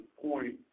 point